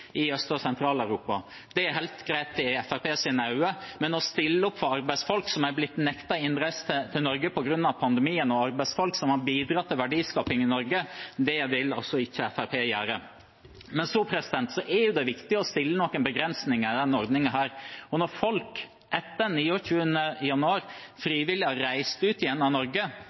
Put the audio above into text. i Øst- og Sentral-Europa. Det er helt greit i Fremskrittspartiets øyne, men å stille opp for arbeidsfolk som er blitt nektet innreise til Norge på grunn av pandemien, og arbeidsfolk som har bidratt til verdiskaping i Norge, det vil altså ikke Fremskrittspartiet gjøre. Men så er det viktig å sette noen begrensninger i denne ordningen, og når folk etter 29. januar frivillig har reist ut av Norge,